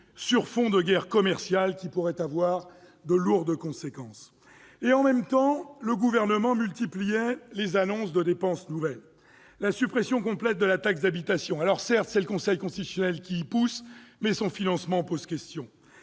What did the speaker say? sur fond d'une guerre commerciale qui pourrait avoir de lourdes conséquences. En même temps, le Gouvernement multipliait les annonces de dépenses nouvelles : suppression complète de la taxe d'habitation- certes, le Conseil constitutionnel y pousse, mais son financement pose question